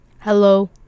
Hello